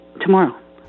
tomorrow